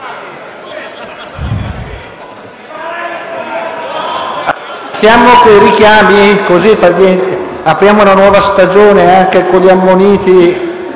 Iniziamo coi richiami, così apriamo una nuova stagione anche con gli ammoniti,